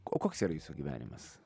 o koks yra jūsų gyvenimas